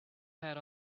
pad